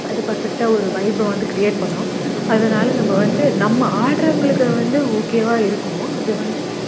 அது பர்ஃபெக்ட்டாக ஒரு வைப்பை வந்து கிரியேட் பண்ணும் அதனால நம்ம வந்து நம்ம ஆடுறவங்களுக்கு வந்து ஓகேவாக இருக்கணும் அது வந்து